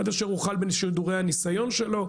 עד אשר הוא החל בשידורי הניסיון שלו,